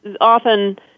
often